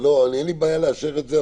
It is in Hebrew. אין לי בעיה לאשר את זה,